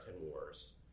wars